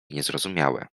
niezrozumiałe